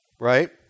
right